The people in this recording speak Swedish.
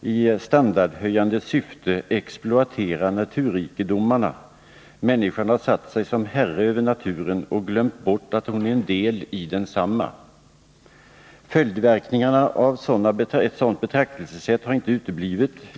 i standardhöjande syfte exploatera naturrikedomarna. Människan har satt sig som herre över naturen och glömt bort att hon är en del av densamma. Följdverkningarna av ett sådant betraktelsesätt har icke uteblivit.